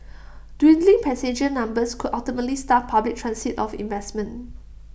dwindling passenger numbers could ultimately starve public transit of investment